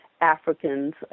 Africans